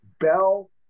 Bell